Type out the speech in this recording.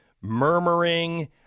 murmuring